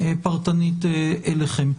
פרטנית אליכם.